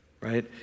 right